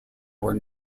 were